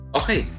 okay